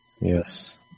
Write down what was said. Yes